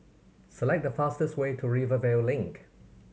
select the fastest way to Rivervale Link